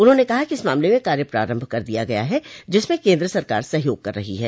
उन्होंने कहा कि इस मामले में कार्य प्रारम्भ कर दिया गया ह जिसमें केन्द्र सरकार सहयोग कर रही है